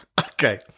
Okay